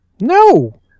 No